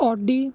Audi